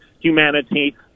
humanity